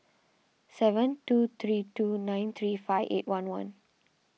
seven two three two nine three five eight one one